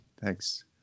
Thanks